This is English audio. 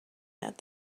that